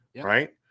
right